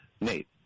nate